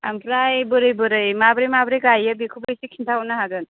ओमफ्राय बोरै बोरै माबोरै माबोरै गायो बेखौबो इसे खिन्था हरनो हागोन